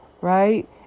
right